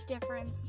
difference